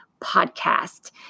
podcast